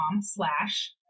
slash